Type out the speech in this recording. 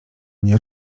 nie